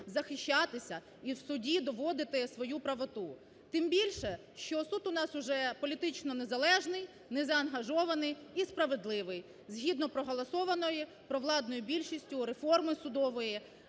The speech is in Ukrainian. захищатися і в суді доводити свою правоту. Тим більше, що суд у нас уже політично незалежний, незаангажований і справедливий, згідно проголосованої провладною більшістю реформи судової,